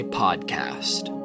podcast